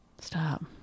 Stop